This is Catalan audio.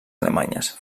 alemanyes